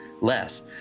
less